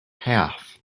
half